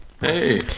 Hey